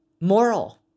moral